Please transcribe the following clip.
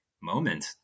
moment